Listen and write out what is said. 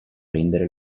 rendere